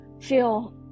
feel